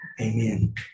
Amen